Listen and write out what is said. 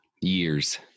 years